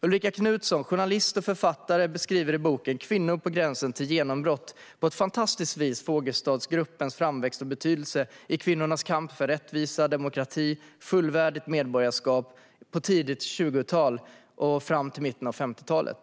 Ulrika Knutson, journalist och författare, beskriver i boken Kvinnor på gränsen till genombrott på ett fantastiskt vis Fogelstadgruppens framväxt och betydelse i kvinnornas kamp för rättvisa, demokrati och fullvärdigt medborgaskap från tidigt 1920-tal till mitten av 1950-talet.